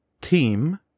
team